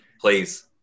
Please